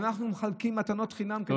אנחנו מחלקים מתנות חינם כדי,